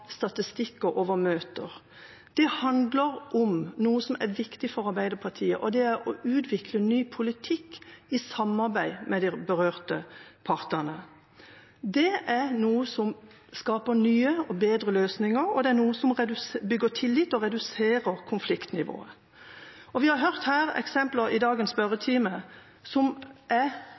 over møter. Det handler om noe som er viktig for Arbeiderpartiet, og det er å utvikle ny politikk i samarbeid med de berørte partene. Det er noe som skaper nye og bedre løsninger, og det er noe som bygger tillit og reduserer konfliktnivået. Vi har hørt eksempler i dagens spørretime som